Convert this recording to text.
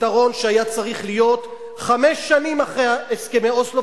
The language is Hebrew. פתרון שהיה צריך להיות חמש שנים אחרי הסכמי אוסלו,